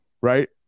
right